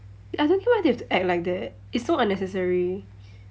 I don't get why they have to act like that it's so unnecessary